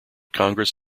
congress